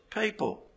people